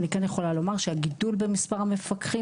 אני כן יכולה לומר שגידול במספר המפקחים